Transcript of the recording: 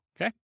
Okay